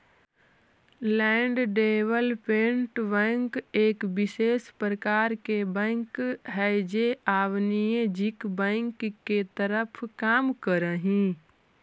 land development bank एक विशेष प्रकार के बैंक हइ जे अवाणिज्यिक बैंक के तरह काम करऽ हइ